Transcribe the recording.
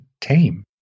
Tame